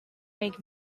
make